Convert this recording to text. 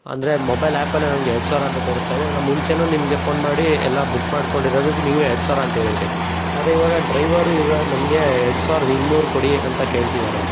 ಅಂದರೆ ಮೊಬೈಲ್ ಆ್ಯಪಲ್ಲಿ ನನಗೆ ಎರಡು ಸಾವಿರ ಅಂತ ತೋರಿಸ್ತಾ ಇದೆ ಅದರ ಮುಂಚೆಯೂ ನಿಮಗೆ ಫೋನ್ ಮಾಡಿ ಎಲ್ಲ ಬುಕ್ ಮಾಡ್ಕೊಂಡಿರೋದಕ್ಕೆ ನೀವೇ ಎರಡು ಸಾವಿರ ಅಂಥೇಳಿದ್ರಿ ಆದರೆ ಇವಾಗ ಡ್ರೈವರು ಈಗ ನಮಗೆ ಎರಡು ಸಾವಿರ್ದ ಇನ್ನೂರು ಕೊಡಿ ಅಂತ ಕೇಳ್ತಿದ್ದಾರೆ